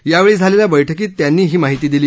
यावेळी झालेल्या बैठकीत त्यांनी ही माहिती दिली